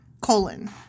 Colon